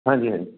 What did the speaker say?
ਹਾਂਜੀ ਹਾਂਜੀ